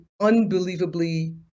unbelievably